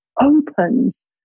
opens